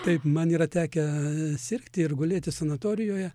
taip man yra tekę sirgti ir gulėti sanatorijoje